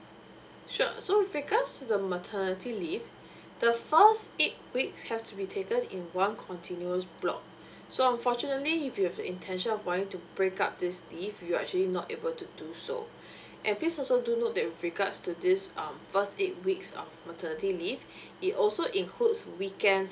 sure so with regards to the maternity leave the first eight weeks have to be taken in one continuous block so unfortunately if you have the intention of wanting to break up this leave you are actually not able to do so and please also do note that with regards to this um first eight weeks of maternity leave it also includes weekends